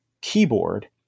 keyboard